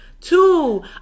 two